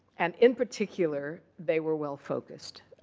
and in particular, they were well focused.